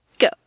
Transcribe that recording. Go